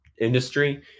industry